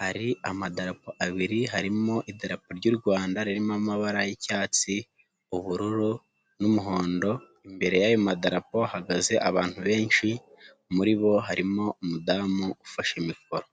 hari amadapo abiri, harimo idarapo ry'u Rwanda ririmo amabara y'icyatsi, ubururu n'umuhondo, imbere y'ayo madarapo hahagaze abantu benshi muri bo harimo umudamu ufashe imikoro.